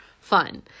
fun